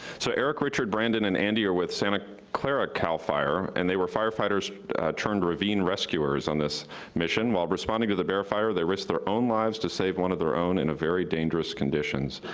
so eric, richard, brandon and andy are with santa clara cal fire and they were firefighters turned ravine rescuers on this mission, while responding to the bear fire, they risked their own lives to save one of their own in very dangerous conditions.